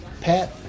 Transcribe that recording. Pat